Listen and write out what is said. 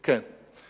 כן.